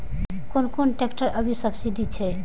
कोन कोन ट्रेक्टर अभी सब्सीडी छै?